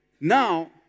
Now